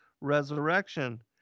resurrection